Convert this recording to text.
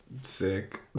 Sick